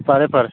ꯐꯔꯦ ꯐꯔꯦ